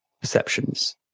perceptions